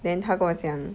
then 他跟我讲